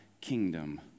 kingdom